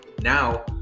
Now